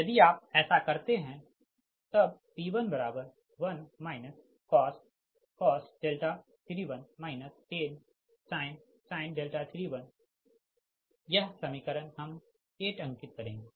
यदि आप ऐसा करते है तो तब P110 cos 31 10sin 31 यह समीकरण हम 8 अंकित करेंगे